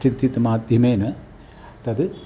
चिन्तित् माध्यमेन तद्